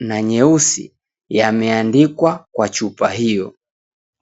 na nyeusi yameandikwa kwa chupa hio.